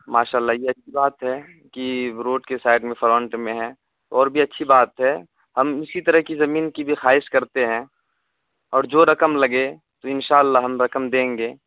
ماشاء اللہ یہ اچھی بات ہے کہ روڈ کی سائڈ میں فرنٹ میں ہے اور بھی اچھی بات ہے ہم اسی طرح کی زمین کی بھی خواہش کرتے ہیں اور جو رقم لگے تو انشاء اللہ ہم رقم دیں گے